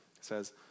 says